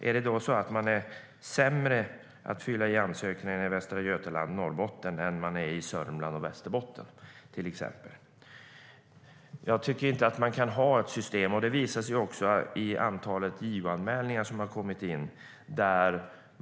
Är man sämre på att fylla i ansökningarna i Västra Götaland och Norrbotten än man är i Sörmland och Västerbotten, till exempel? Jag tycker inte att man kan ha ett system som fungerar så. Det visar sig också i antalet JO-anmälningar som har kommit in.